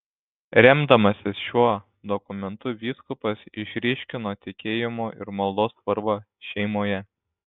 remdamasis šiuo dokumentu vyskupas išryškino tikėjimo ir maldos svarbą šeimoje